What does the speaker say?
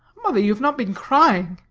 mother, you have not been crying?